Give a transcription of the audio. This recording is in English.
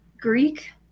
Greek